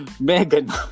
Megan